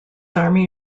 army